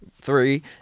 three